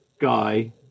guy